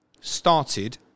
started